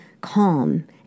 calm